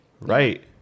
Right